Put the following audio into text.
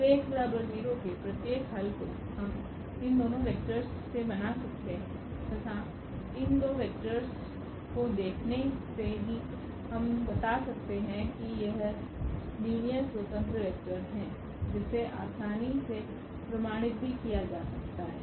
तोके प्रत्येक हल को हम इन दोनों वेक्टर्स से बना सकते है तथा इन दो वेक्टर्स को देखने से ही हम बता सकते है की यह लीनियर स्वतंत्र वेक्टर है जिसे आसानी से प्रमाणित भी किया जा सकता है